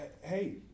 hey